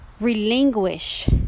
relinquish